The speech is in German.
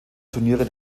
turniere